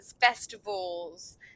festivals